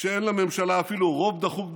כשאין לממשלה אפילו רוב דחוק בכנסת,